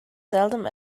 seldom